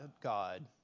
God